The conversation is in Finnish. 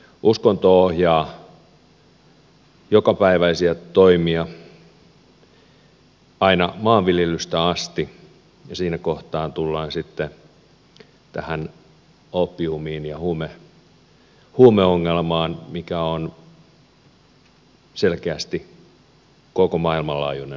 uskonto ohjaa jokapäiväisiä toimia aina maanviljelystä asti ja siinä kohtaa tullaan sitten tähän oopiumiin ja huumeongelmaan mikä on selkeästi koko maailman laajuinen ongelma